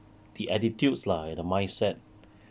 the attitudes lah the mindset